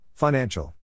Financial